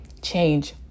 change